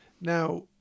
Now